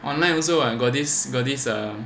online also [what] got this got this um